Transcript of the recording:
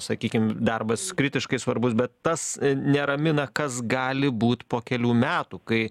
sakykim darbas kritiškai svarbus bet tas neramina kas gali būt po kelių metų kai